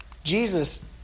Jesus